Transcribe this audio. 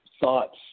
thoughts